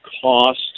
cost